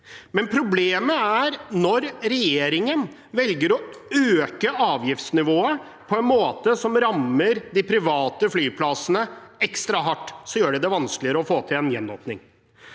Problemet er at når regjeringen velger å øke avgiftsnivået på en måte som rammer de private flyplassene ekstra hardt, gjør de det vanskeligere å få til en gjenåpning.